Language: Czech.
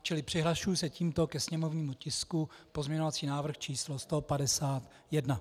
Čili přihlašuji se tímto ke sněmovnímu dokumentu pozměňovací návrh číslo 151.